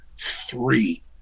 three